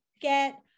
get